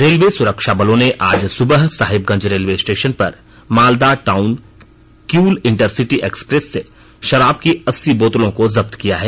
railway सुरक्षा बलों ने आज सुबह साहिबगंज रेलवे स्टेशन पर Malda town Kiul intercity express से शरीब की अस्सी बोतलों को जब्त किया है